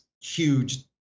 huge